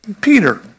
Peter